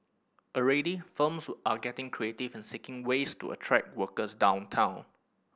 already firms are getting creative in seeking ways to attract workers downtown